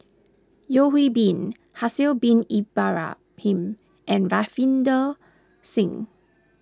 Yeo Hwee Bin Haslir Bin Ibrahim and Ravinder Singh